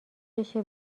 بشه